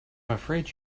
afraid